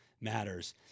matters